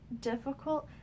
difficult